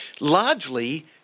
largely